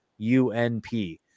Unp